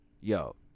Yo